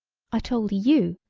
i told you!